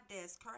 desk